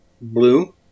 Blue